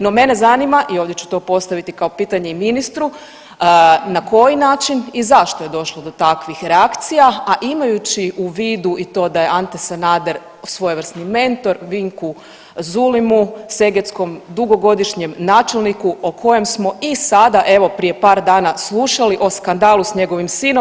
No mene zanima i ovdje ću to postaviti kao pitanje i ministru, na koji način i zašto je došlo do takvih reakcija, a imajući u vidu i to da je Ante Sanader svojevrsni mentor Vinku Zulimu Segetskom dugogodišnjem načelniku o kojem smo i sada evo prije par dana slušali o skandalu s njegovim sinom.